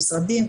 ממשרדים,